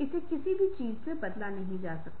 जो दृश्यों के संदर्भ में पाया जा सकता है और दृश्य ग्रंथों के साथ बातचीत करने के तरीके और दृश्य और ग्रंथों के साथ बातचीत करते हैं जो कि बाद के अंक पर हो रहे हैं जो आपको एक समग्र विचार देगा कि कैसे मल्टीमीडिया एक अधिक शक्तिशाली उपकरण है और संचार के साथ साथ बदलते व्यवहार के लिए बहुत ही जटिल उपकरण का प्रबंधन करता है